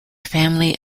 family